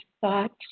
thoughts